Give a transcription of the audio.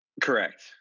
Correct